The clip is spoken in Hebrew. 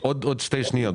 אדוני הנגיד, עוד כמה שניות.